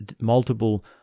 multiple